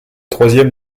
troisième